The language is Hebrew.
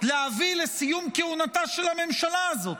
להביא לסיום כהונתה של הממשלה הזאת.